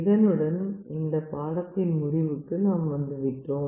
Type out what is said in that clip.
இதனுடன் இந்த பாடத்தின் முடிவுக்கு நாம் வந்துவிட்டோம்